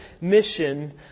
mission